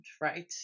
right